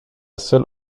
seule